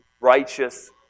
righteous